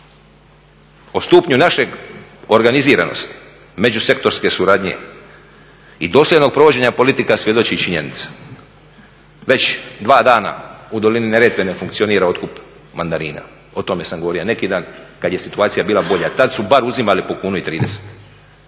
O stupnju naše organiziranosti, međusektorske suradnje i dosljednog provođenja politika svjedoči činjenica, već dva dana u dolini Neretve ne funkcionira otkup mandarina. O tome sam govorio neki dan kada je situacija bila bolja. Tada su bar uzimali po kunu i 30,